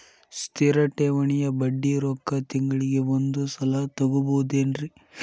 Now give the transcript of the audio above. ಸ್ಥಿರ ಠೇವಣಿಯ ಬಡ್ಡಿ ರೊಕ್ಕ ತಿಂಗಳಿಗೆ ಒಂದು ಸಲ ತಗೊಬಹುದೆನ್ರಿ?